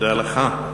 תודה לך.